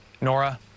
Nora